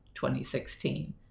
2016